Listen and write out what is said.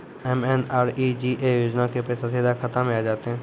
MNREGA योजना के पैसा सीधा खाता मे आ जाते?